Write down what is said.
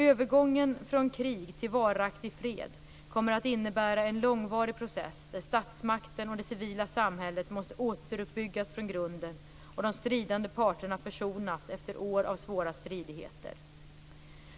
Övergången från krig till varaktig fred kommer att innebära en långvarig process, där statsmakten och det civila samhället måste återuppbyggas från grunden och de stridande parterna försonas efter år av svåra stridigheter.